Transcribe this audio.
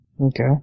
Okay